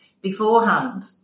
beforehand